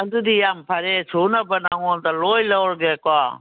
ꯑꯗꯨꯗꯤ ꯌꯥꯝ ꯐꯔꯦ ꯁꯨꯅꯕ ꯅꯉꯣꯟꯗ ꯂꯣꯏ ꯂꯧꯔꯒꯦꯀꯣ